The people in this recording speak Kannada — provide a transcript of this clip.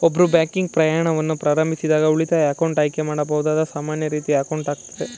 ಒಬ್ರು ಬ್ಯಾಂಕಿಂಗ್ ಪ್ರಯಾಣವನ್ನ ಪ್ರಾರಂಭಿಸಿದಾಗ ಉಳಿತಾಯ ಅಕೌಂಟ್ ಆಯ್ಕೆ ಮಾಡಬಹುದಾದ ಸಾಮಾನ್ಯ ರೀತಿಯ ಅಕೌಂಟ್ ಆಗೈತೆ